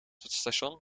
station